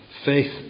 Faith